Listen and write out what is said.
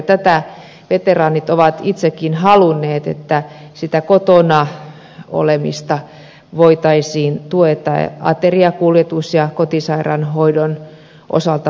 tätä veteraanit ovat itsekin halunneet että sitä kotona olemista voitaisiin tukea muun muassa ateriakuljetuksen ja kotisairaanhoidon osalta